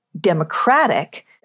Democratic